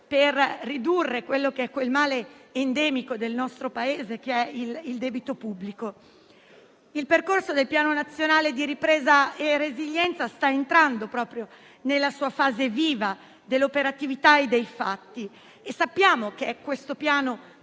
per ridurre il male endemico del nostro Paese, che è il debito pubblico. Il percorso del Piano nazionale di ripresa e resilienza sta entrando proprio nella fase viva dell'operatività e dei fatti e sappiamo che questo piano